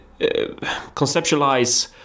conceptualize